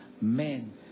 men